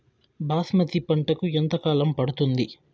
బాస్మతి పంటకు ఎంత కాలం పడుతుంది?